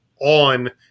on